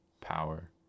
power